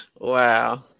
Wow